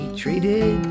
treated